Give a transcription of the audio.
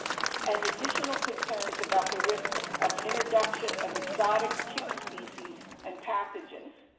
and additional concerns about the risk of introduction of exotic tick species and pathogens,